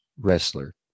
Wrestler